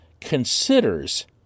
considers